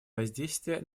воздействие